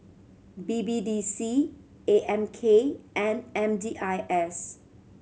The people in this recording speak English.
B B D C A M K and M D I S